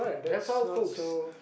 that's all folks